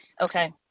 Okay